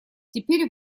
теперь